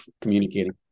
communicating